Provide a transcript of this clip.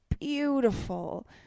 beautiful